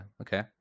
okay